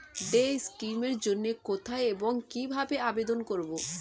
Day scheme এর জন্য কোথায় এবং কিভাবে আবেদন করব?